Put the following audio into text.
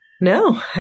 No